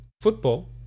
football